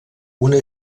una